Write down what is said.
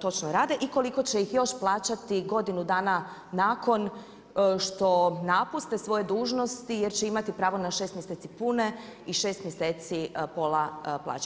točno rade i koliko će ih još plaćati godinu dana nakon što napuste svoje dužnosti jer će imati pravo na 6 mjeseci pune i 6 mjeseci pola plaće?